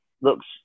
looks